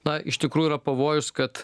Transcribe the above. na iš tikrųjų yra pavojus kad